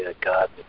God